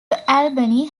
albany